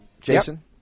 Jason